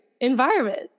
environment